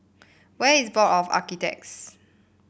where is Board of Architects